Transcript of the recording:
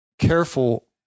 careful